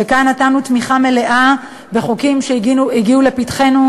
וכאן נתנו תמיכה מלאה לחוקים שהגיעו לפתחנו,